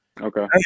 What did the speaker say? okay